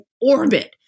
orbit